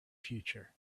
future